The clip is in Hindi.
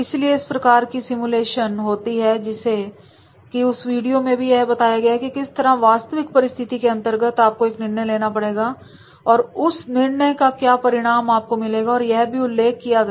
इसलिए इस प्रकार की सिमुलेशन होती हैं जैसे कि उस वीडियो में भी यह बताया गया कि किस तरह की वास्तविक परिस्थिति के अंतर्गत आपको एक निर्णय लेना पड़ा और उस निर्णय का क्या परिणाम आपको मिलेगा यह भी स्लाइड समय किया गया